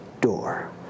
door